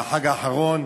בחג האחרון,